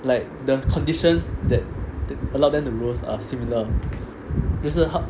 like the conditions that allow them to rose are similar 就是他